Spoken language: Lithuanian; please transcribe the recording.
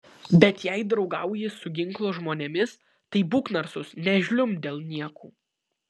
bet jei draugauji su ginklo žmonėmis tai būk narsus nežliumbk dėl niekų